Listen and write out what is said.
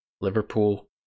Liverpool